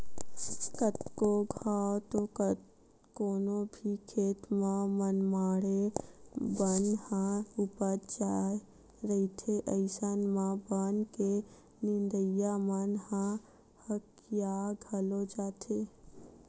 कतको घांव तो कोनो भी खेत म मनमाड़े बन ह उपज जाय रहिथे अइसन म बन के नींदइया मन ह हकिया घलो जाथे